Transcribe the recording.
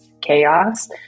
chaos